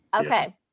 okay